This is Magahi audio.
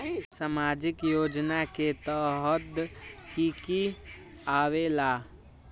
समाजिक योजना के तहद कि की आवे ला?